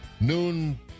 noon